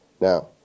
Now